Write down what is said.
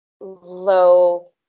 low